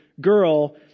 girl